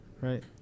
right